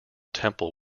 temple